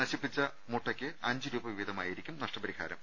നശിപ്പിച്ച മുട്ടയ്ക്ക് അഞ്ച് രൂപവീതമായിരിക്കും നഷ്ടപരിഹാരം